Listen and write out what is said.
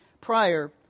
prior